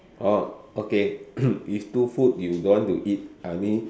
orh okay if two food you don't want to eat I mean